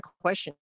question